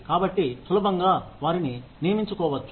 కాబట్టి సులభంగా వారిని నియమించుకోవచ్చు